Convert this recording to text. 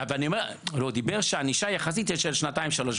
הוא דיבר שהענישה יחסית היא של שנתיים-שלוש.